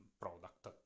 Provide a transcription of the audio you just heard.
Product